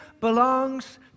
belongs